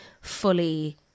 fully